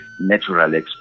natural